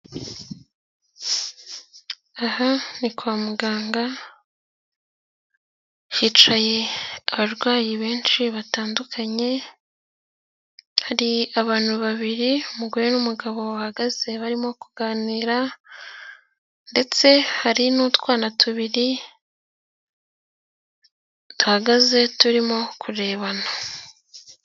Aha ni kwa muganga, hicaye abarwayi benshi batandukanye, hari abantu babiri umugore n'umugabo bahagaze barimo kuganira, ndetse hari n'utwana tubiri duhagaze turimo kurebana.